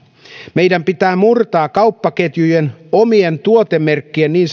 meidän pitää murtaa kauppaketjujen omien tuotemerkkien niin